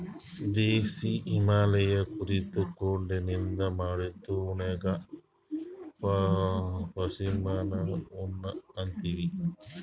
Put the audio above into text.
ದೇಶೀ ಹಿಮಾಲಯ್ ಕುರಿದು ಕೋಟನಿಂದ್ ಮಾಡಿದ್ದು ಉಣ್ಣಿಗಾ ಪಶ್ಮಿನಾ ಉಣ್ಣಿ ಅಂತೀವಿ